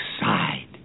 side